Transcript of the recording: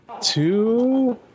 two